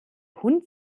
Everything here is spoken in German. hund